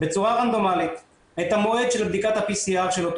בצורה רנדומלית את המועד של בדיקת ה-PCR של אותו